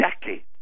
decades